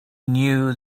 knew